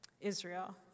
Israel